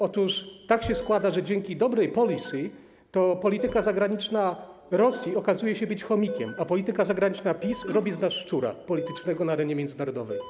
Otóż tak się składa, że dzięki dobrej policy to polityka zagraniczna Rosji okazuje się być chomikiem, a polityka zagraniczna PiS robi z nas szczura politycznego na arenie międzynarodowej.